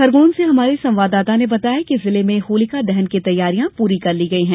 खरगोन से हमारे संवाददाता ने बताया है कि जिले में होलिका दहन की तैयारियां पूरी कर ली गई है